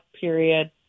period